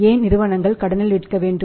ஏன் நிறுவனங்கள் கடனில் விற்க வேண்டும்